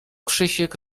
krzysiek